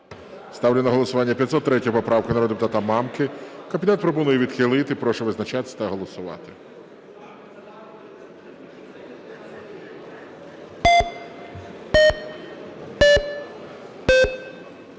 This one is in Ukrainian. Ставлю на голосування 511 поправку народного депутата Мамки. Комітет пропонує відхилити. Прошу визначатись та голосувати.